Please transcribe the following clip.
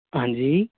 हाँ जी